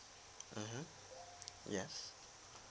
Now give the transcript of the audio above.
mmhmm yes